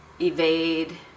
evade